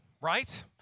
right